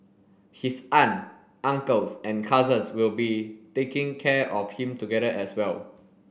his aunt uncles and cousins will be taking care of him together as well